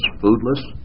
foodless